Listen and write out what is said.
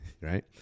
right